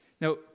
Now